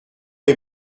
est